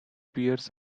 pears